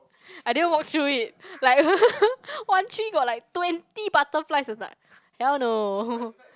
I didn't walk through it like one three got like twenty butterflies I was like hell no